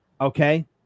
Okay